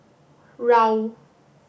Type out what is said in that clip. Raoul